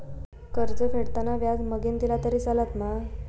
कर्ज फेडताना व्याज मगेन दिला तरी चलात मा?